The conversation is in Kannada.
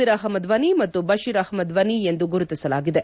ೕರ್ ಅಹಮದ್ ವನಿ ಮತ್ತು ಬಶೀರ್ ಅಹ್ಲದ್ ವನಿ ಎಂದು ಗುರಿತಸಲಾಗಿದೆ